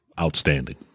outstanding